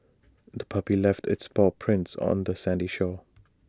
the puppy left its paw prints on the sandy shore